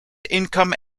income